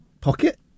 pocket